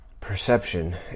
Perception